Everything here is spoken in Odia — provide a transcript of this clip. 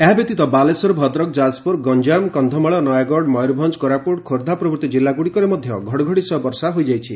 ଏହାବ୍ୟତୀତ ବାଲେଶ୍ୱର ଭଦ୍ରକ ଯାଜପୁର ଗଞାମ କନ୍ଧମାଳ ନୟାଗଡ ମୟରଭଞା କୋରାପୁଟ ଖୋର୍ବ୍ଧା ପ୍ରଭୂତି ଜିଲ୍ଲାଗୁଡ଼ିକରେ ମଧ ଘଡ଼ଘଡ଼ି ସହ ବର୍ଷା ହୋଇଯାଇଛି